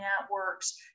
networks